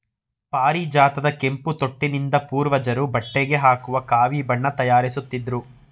ಪಾರಿಜಾತದ ಕೆಂಪು ತೊಟ್ಟಿನಿಂದ ಪೂರ್ವಜರು ಬಟ್ಟೆಗೆ ಹಾಕುವ ಕಾವಿ ಬಣ್ಣ ತಯಾರಿಸುತ್ತಿದ್ರು